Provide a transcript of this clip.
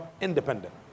independent